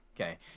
Okay